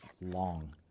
long